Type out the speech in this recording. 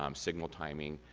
um signal timing,